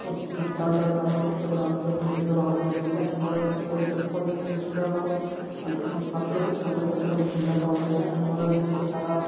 దాని ద్వారా దానికి ఒకటొకటి అనుకుని కొన్ని చెట్లు రావడం జరిగింది ఆ టొమాటో చిన్న చిన్నగా అంటే పార్కులో దొరికే టొమాటోల కంటే కొంచెం చిన్నగా ఉంటాయి ఆ టొమాటోలు తింటే చాలా